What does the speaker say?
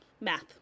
Math